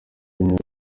y’imyaka